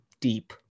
deep